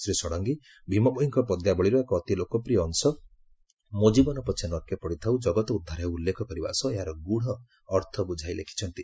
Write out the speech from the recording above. ଶୀ ଷଡଙ୍ଗୀ ଭୀମଭୋଇଙ୍କ ପଦ୍ୟାବଳୀର ଏକ ଅତି ଲୋକପ୍ରିୟ ଅଂଶ 'ମୋ ଜୀବନ ପଛେ ନର୍କେ ପଡିଥାଉ ଜଗତ ଉଦ୍ଧାର ହେଉ' ଉଲ୍ଲେଖ କରିବା ସହ ଏହାର ଗ୍ରଢ ଅର୍ଥ ବୁଝାଇ ଲେଖିଛନ୍ତି